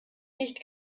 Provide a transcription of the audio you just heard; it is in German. nicht